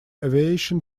aviation